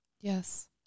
Yes